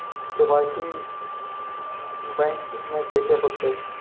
KYC bank में कैसे होतै?